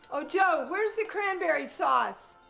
oh joe, where's the cranberry sauce?